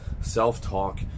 self-talk